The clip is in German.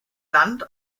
land